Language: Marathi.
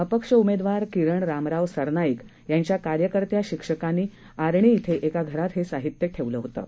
अपक्षउमेदवारकिरणरामरावसरनाईकयांच्याकार्यकर्त्याशिक्षकांनीआर्णीइथंएकाघरातहेसाहित्य ठेवलंहोतं